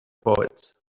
poet